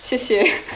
谢谢